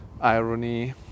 irony